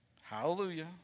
Hallelujah